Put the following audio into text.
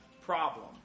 problem